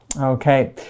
Okay